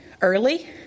early